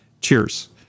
Cheers